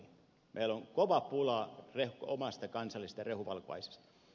meillä on kova pula omasta kansallisesta rehuvalkuaisesta